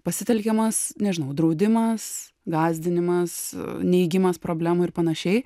pasitelkiamas nežinau draudimas gąsdinimas neigimas problemų ir panašiai